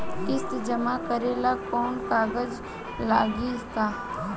किस्त जमा करे ला कौनो कागज लागी का?